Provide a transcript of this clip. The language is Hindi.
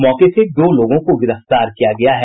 मौके से दो लोगों को गिरफ्तार किया गया है